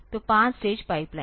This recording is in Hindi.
तो 5 स्टेज पाइपलाइन